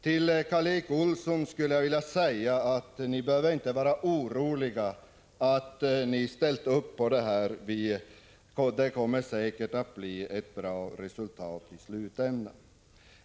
Till Karl Erik Olsson skulle jag vilja säga: Ni behöver inte vara oroliga därför att ni har ställt upp på detta — det kommer säkert att bli ett bra resultat i slutändan.